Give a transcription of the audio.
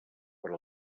per